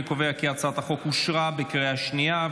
אני קובע כי הצעת החוק אושרה בקריאה שנייה.